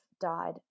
died